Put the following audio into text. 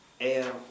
air